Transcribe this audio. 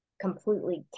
completely